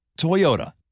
Toyota